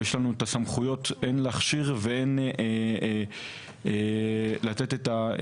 ואת הסמכויות על מנת להכשיר בהתאמה לדגשים